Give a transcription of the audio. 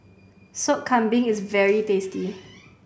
Sop Kambing is very tasty